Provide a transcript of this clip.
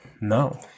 No